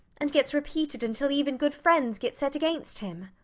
and gets repeated until even good friends get set against him?